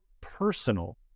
personal